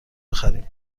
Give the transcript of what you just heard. بخریم